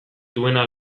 duena